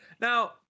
Now